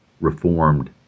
reformed